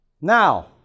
Now